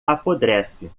apodrece